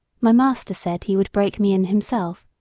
my master said he would break me in himself,